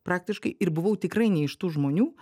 praktiškai ir buvau tikrai ne iš tų žmonių